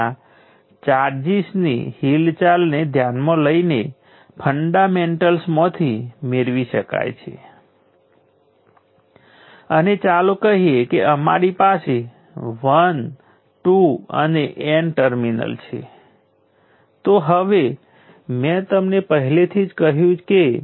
જેમ કે આ પહેલાં થોડું જટિલ લાગે છે પરંતુ તમે સરળતાથી જુઓ છો કે આ કરંટના વર્ગ સમય ડેરિવેટિવ સાથે સંબંધિત છે કારણ કે ddt2IdIdtછે